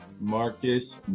Marcus